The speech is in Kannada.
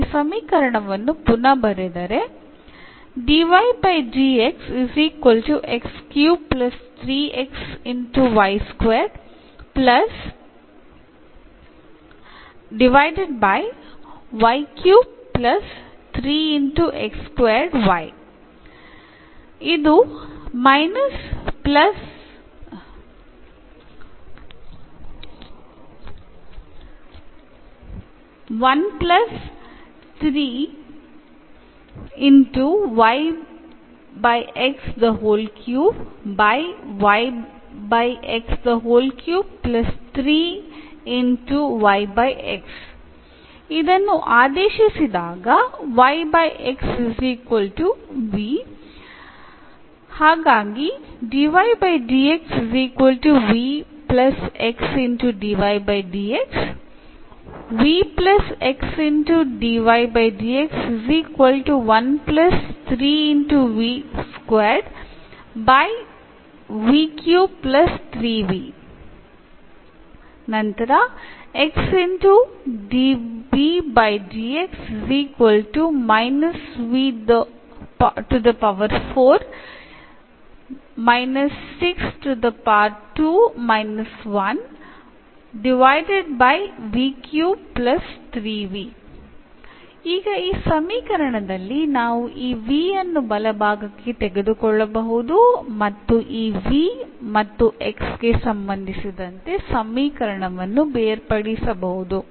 ನಾವು ಈ ಸಮೀಕರಣವನ್ನು ಪುನಃ ಬರೆದರೆ ಆದೇಶಿಸಿದಾಗ ಈಗ ಈ ಸಮೀಕರಣದಲ್ಲಿ ನಾವು ಈ v ಅನ್ನು ಬಲಭಾಗಕ್ಕೆ ತೆಗೆದುಕೊಳ್ಳಬಹುದು ಮತ್ತು ಈ v ಮತ್ತು x ಗೆ ಸಂಬಂಧಿಸಿದಂತೆ ಸಮೀಕರಣವನ್ನು ಬೇರ್ಪಡಿಸಬಹುದು